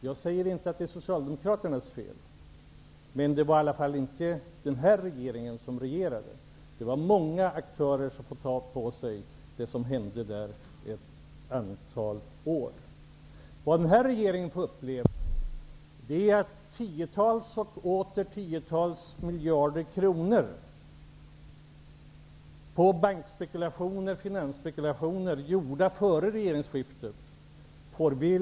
Jag säger inte att det är Socialdemokraternas fel, men det var i alla fall inte den här regeringen som regerade. Det är många aktörer som får ta på sig det som hände under ett antal år. Vad den här regeringen har upplevt efter regeringsskiftet är att vi har fått lösa in tiotals och åter tiotals miljarder kronor på bankspekulationer och finansspekulationer, gjorda före regeringsskiftet.